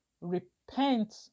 Repent